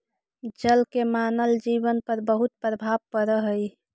जल के मानव जीवन पर बहुत प्रभाव पड़ऽ हई